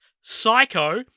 Psycho